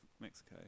Mexico